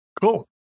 Cool